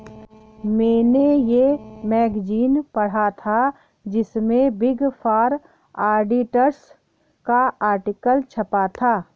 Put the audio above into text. मेने ये मैगज़ीन पढ़ा था जिसमे बिग फॉर ऑडिटर्स का आर्टिकल छपा था